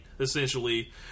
essentially